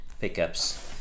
pickups